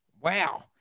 Wow